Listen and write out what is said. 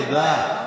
תודה.